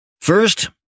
First